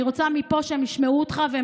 אני רוצה שהם ישמעו אותך מפה,